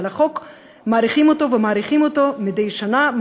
אבל החוק מאריכים אותו ומאריכים אותו מדי שנה,